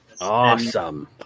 Awesome